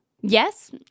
Yes